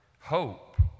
hope